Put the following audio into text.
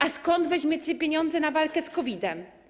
A skąd weźmiecie pieniądze na walkę z COVID-em?